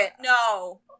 No